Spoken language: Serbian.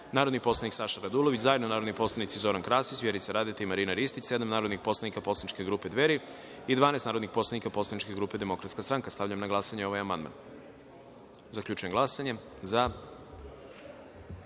narodni poslanik Saša Radulović, zajedno narodni poslanici Zoran Krasić, Vjerica Radeta i Božidar Delić, sedam narodnih poslanik poslaničke grupe Dveri i 12 narodnih poslanika poslaničke grupe Demokratska stranka. Stavljam na glasanje ovaj amandman. Zaključujem glasanje i